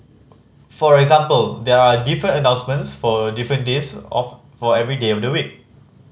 for example there are different announcements for different days of for every day of the week